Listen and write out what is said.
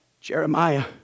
Jeremiah